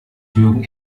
jürgen